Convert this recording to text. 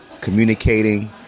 Communicating